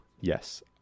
Yes